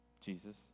Jesus